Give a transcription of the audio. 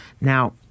now